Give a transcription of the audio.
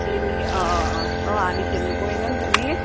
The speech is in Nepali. ए अँ अँ अँ अँ हामी खेल्नु गएन नि त नि